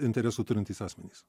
interesų turintys asmenys